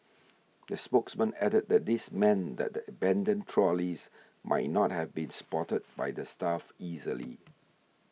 the spokesmen added that this meant that the abandoned trolleys might not have been spotted by the staff easily